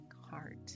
heart